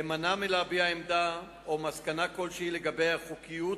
אמנע מלהביע עמדה או מסקנה כלשהי לגבי חוקיות